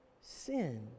sin